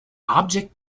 object